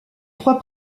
trois